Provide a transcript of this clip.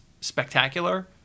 spectacular